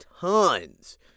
tons